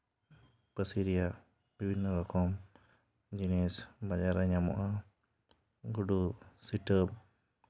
ᱯᱟᱹᱥᱤ ᱨᱮᱭᱟᱜ ᱵᱤᱵᱷᱤᱱᱱᱚ ᱨᱚᱠᱚᱢ ᱡᱤᱱᱤᱥ ᱵᱟᱡᱟᱨ ᱨᱮ ᱧᱟᱢᱚᱜᱼᱟ ᱜᱩᱰᱩ ᱥᱤᱴᱟᱹᱯ